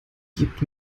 gebt